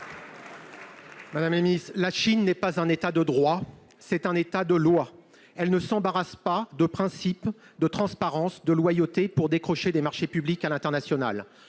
pour la réplique. La Chine n'est pas un État de droit, mais un État de lois. Elle ne s'embarrasse pas de principes de transparence et de loyauté pour décrocher des marchés publics à l'international.